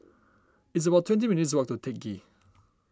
it's about twenty minutes' walk to Teck Ghee